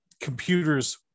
computers